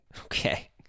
Okay